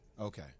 Okay